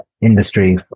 industry